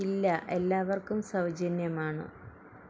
ഇല്ല എല്ലാവർക്കും സൗജന്യമാണ്